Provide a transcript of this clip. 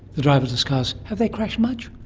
the driverless cars, have they crashed much?